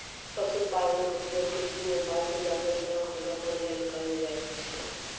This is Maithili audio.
पशुपालनक उपयोग कृषिमे पालतू जानवर सभक प्रबंधन लेल कएल जाइत छै